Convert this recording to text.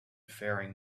faring